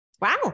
Wow